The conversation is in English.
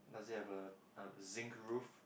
does it have a a zinc roof